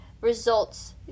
results